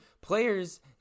players